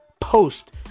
post